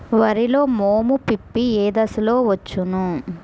వరిలో మోము పిప్పి ఏ దశలో వచ్చును?